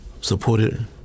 supported